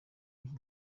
iki